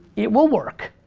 it will work,